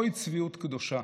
הוי, צביעות קדושה.